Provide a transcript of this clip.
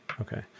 Okay